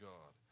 God